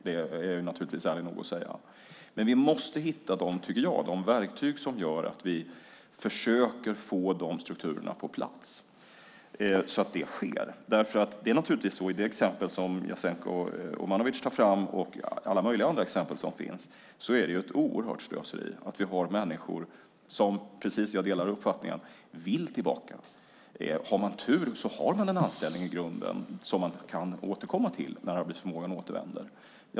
Det är jag ärlig nog att säga. Men vi måste hitta verktyg för att försöka få de strukturerna på plats, så att det sker. I det exempel som Jasenko Omanovic tar upp och i alla andra exempel som finns är det ett oerhört slöseri med alla dessa människor som vill tillbaka. Har man tur har man en anställning i grunden som man kan återvända till när arbetsförmågan återvänder.